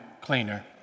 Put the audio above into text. cleaner